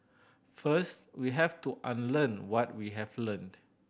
first we have to unlearn what we have learnt